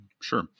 Sure